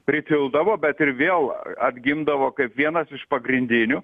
pritildavo bet ir vėl atgimdavo kaip vienas iš pagrindinių